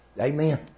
Amen